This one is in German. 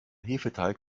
hefeteig